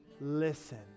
listen